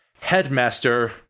Headmaster